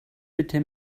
bitte